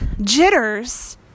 jitters